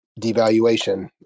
devaluation